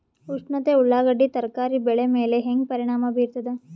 ಉಷ್ಣತೆ ಉಳ್ಳಾಗಡ್ಡಿ ತರಕಾರಿ ಬೆಳೆ ಮೇಲೆ ಹೇಂಗ ಪರಿಣಾಮ ಬೀರತದ?